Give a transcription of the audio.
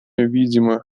видимо